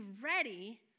ready –